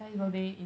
yeah